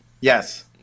Yes